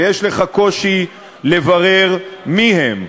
ויש לך קושי לברר מי הם,